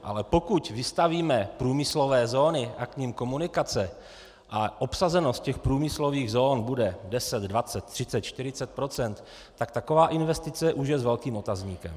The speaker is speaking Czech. Ale pokud vystavíme průmyslové zóny a k nim komunikace a obsazenost průmyslových zón bude 10, 20, 30, 40 %, tak taková investice už je s velkým otazníkem.